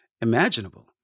imaginable